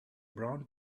brown